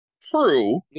True